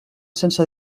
sense